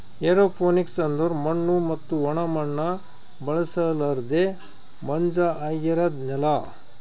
aeroponics ಅಂದುರ್ ಮಣ್ಣು ಮತ್ತ ಒಣ ಮಣ್ಣ ಬಳುಸಲರ್ದೆ ಮಂಜ ಆಗಿರದ್ ನೆಲ